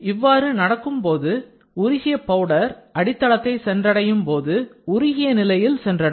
இவ்வாறு நடக்கும் போது உருகிய பவுடர் அடித்தளத்தை சென்றடையும் போது உருகிய நிலையில் சென்றடையும்